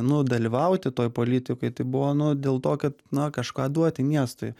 nu dalyvauti toj politikoj tai buvo nu dėl to kad na kažką duoti miestui